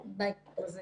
את